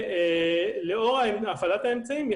אלא שלאור הפעלת האמצעים האלה,